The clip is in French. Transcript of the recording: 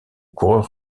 coureurs